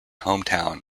hometown